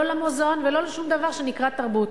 לא למוזיאון ולא לשום דבר שנקרא תרבות.